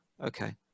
Okay